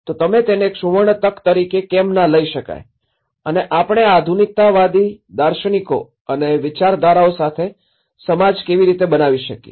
તો તમે તેને એક સુવર્ણ તક તરીકે કેમ ના લઇ શકાય અને આપણે આ આધુનિકતાવાદી દાર્શનિકો અને વિચારધારાઓ સાથે સમાજ કેવી રીતે બનાવી શકીએ